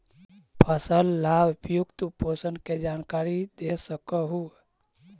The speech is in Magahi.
फसल ला उपयुक्त पोषण के जानकारी दे सक हु?